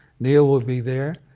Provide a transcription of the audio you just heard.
neal will be there.